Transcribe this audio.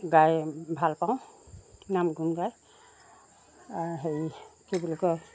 গাই ভাল পাওঁ নাম গুণ গাই হেৰি কি বুলি কয়